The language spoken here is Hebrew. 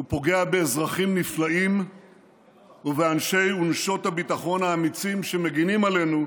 הוא פוגע באזרחים נפלאים ובאנשי ונשות הביטחון האמיצים שמגינים עלינו,